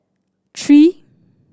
three